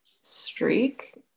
streak